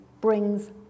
brings